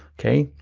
okay?